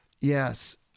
Yes